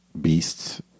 beasts